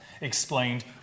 explained